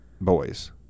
boys